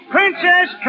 Princess